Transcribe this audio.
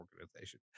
organization